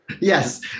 Yes